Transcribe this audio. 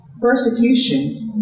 persecutions